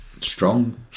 strong